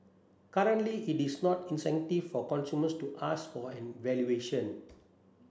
currently it is not incentive for consumers to ask for an evaluation